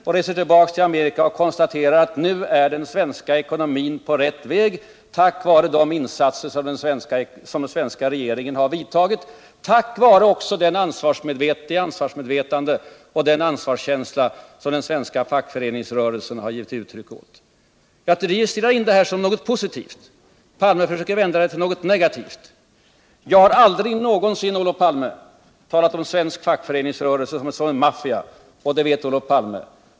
Han reste tillbaka till Amerika och konstaterade: Nu är den svenska ekonomin på rätt väg tack vare de insatser som den svenska regeringen har gjort och också tack vare det ansvarsmedvetande och den ansvarskänsla som den svenska fackföreningsrörelsen har visat. Jag inregistrerar det här som något positivt. Olof Palme försöker vända det till något negativt. Jag har aldrig någonsin, Olof Palme, talat om svensk fackföreningsrörelse som en maffia, och det vet Olof Palme.